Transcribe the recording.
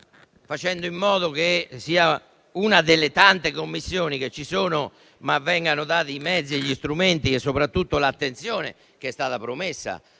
facendo in modo che sia una delle tante Commissioni esistenti, ma anche che le vengano dati i mezzi e gli strumenti e soprattutto l'attenzione che è stata promessa